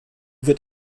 wird